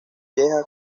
vieja